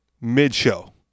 mid-show